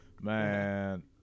Man